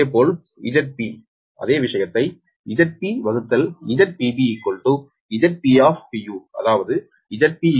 இதேபோல் Zp அதே விஷயத்தை ZpZpBZp அதாவது Zp Zp 𝒁𝒑